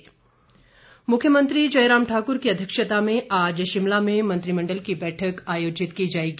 मंत्रिमण्डल मुख्यमंत्री जयराम ठाक्र की अध्यक्षता में आज शिमला में मंत्रिमण्डल की बैठक आयोजित की जाएगी